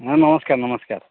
ଆଁ ନମସ୍କାର ନମସ୍କାର